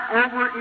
over